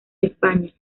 españa